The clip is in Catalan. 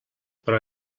però